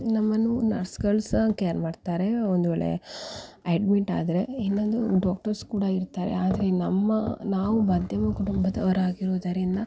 ನಮ್ಮನ್ನು ನರ್ಸ್ಗಳು ಸಹಾ ಕ್ಯಾರ್ ಮಾಡ್ತಾರೆ ಒಂದು ವೇಳೆ ಎಡ್ಮಿಟ್ಟಾದರೆ ಇನ್ನೊಂದು ಡಾಕ್ಟರ್ಸ್ ಕೂಡ ಇರ್ತಾರೆ ಆದರೆ ನಮ್ಮ ನಾವು ಮಧ್ಯಮ ಕುಟುಂಬದವರಾಗಿರೋದರಿಂದ